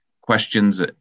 questions